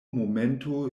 momento